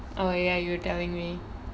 oh ya you were telling me